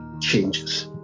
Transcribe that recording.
changes